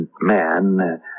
man